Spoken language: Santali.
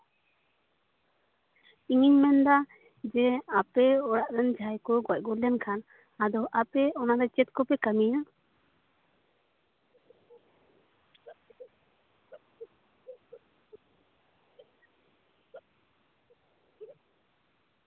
ᱤᱧᱤᱧ ᱢᱮᱱᱫᱟ ᱡᱮ ᱟᱯᱮ ᱚᱲᱟᱜ ᱨᱮᱱ ᱡᱟᱦᱟᱸᱭ ᱠᱚ ᱜᱚᱡ ᱜᱩᱨ ᱞᱮᱱᱠᱷᱟᱱ ᱟᱫᱚ ᱟᱯᱮ ᱚᱱᱟᱫᱚ ᱪᱮᱫ ᱠᱚᱯᱮ ᱠᱟᱹᱢᱤᱭᱟ